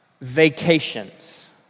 vacations